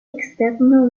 externo